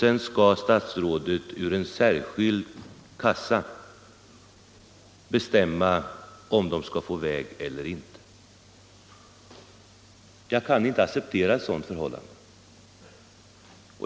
Sedan skall statsrådet bestämma om de — ur en särskild kassa — kan få anslag till en väg eller inte. Jag kan inte acceptera ett sådant förfarande.